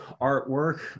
artwork